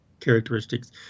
characteristics